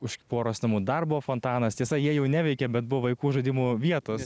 už poros namų dar buvo fontanas tiesa jie jau neveikė bet buvo vaikų žaidimų vietos